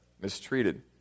mistreated